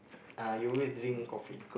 uh you always drink coffee